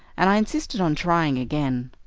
and i insisted on trying again.